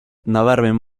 nabarmen